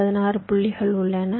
16 புள்ளிகள் உள்ளன